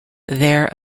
their